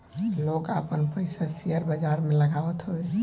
लोग आपन पईसा शेयर बाजार में लगावत हवे